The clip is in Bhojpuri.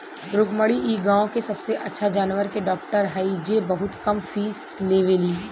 रुक्मिणी इ गाँव के सबसे अच्छा जानवर के डॉक्टर हई जे बहुत कम फीस लेवेली